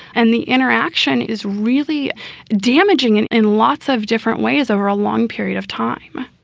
and the interaction is really damaging and in lots of different ways over a long period of time